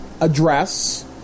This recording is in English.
address